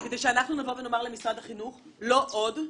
כדי שנבוא ונאמר למשרד החינוך לא עוד.